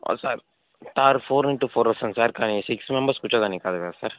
sir sir four into four వస్తుంది sir కానీ six members కూర్చోడానికి కాదు కదా సార్